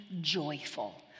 joyful